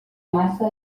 maça